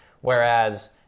Whereas